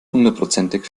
hundertprozentig